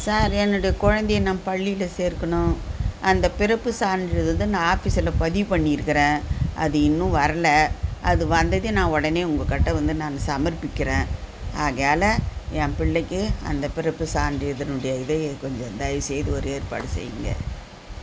sir என்னுடைய குழந்தையை நான் பள்ளியில் சேர்க்கணும் அந்த பிறப்பு சான்றிதழ் வந்து நான் ஆஃபீஸில் பதிவு பண்ணிருக்கிறேன் அது இன்னும் வரலை அது வந்ததும் நான் உடனே உங்கக்கிட்டே வந்து நான் சமர்ப்பிக்கிறேன் ஆகையால் என் பிள்ளைக்கு அந்த பிறப்பு சான்றிதழுடைய இதை கொஞ்சம் தயவு செய்து ஒரு ஏற்பாடு செய்யுங்கள்